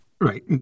Right